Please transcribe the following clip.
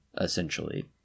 essentially